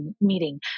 meeting